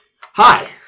Hi